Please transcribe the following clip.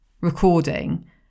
recording